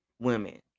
Women